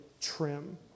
trim